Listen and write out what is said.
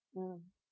mm